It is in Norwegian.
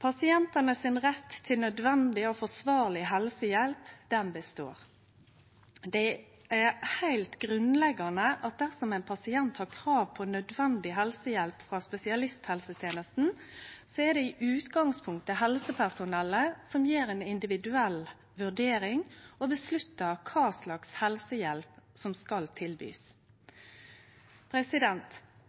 Pasientane sin rett til nødvendig og forsvarleg helsehjelp består. Det er heilt grunnleggjande at dersom ein pasient har krav på nødvendig helsehjelp frå spesialisthelsetenesta, er det i utgangspunktet helsepersonellet som gjer ei individuell vurdering og avgjer kva slags helsehjelp ein skal